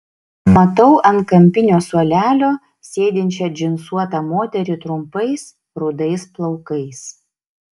matau ant kampinio suolelio sėdinčią džinsuotą moterį trumpais rudais plaukais